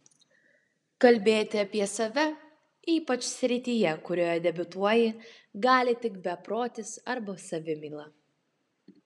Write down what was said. kalbėti apie save ypač srityje kurioje debiutuoji gali tik beprotis arba savimyla